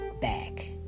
back